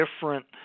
different